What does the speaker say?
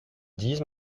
dise